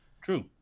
true